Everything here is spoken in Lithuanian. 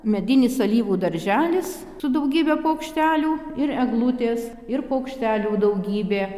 medinis alyvų darželis su daugybe paukštelių ir eglutės ir paukštelių daugybė